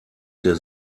der